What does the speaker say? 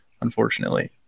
unfortunately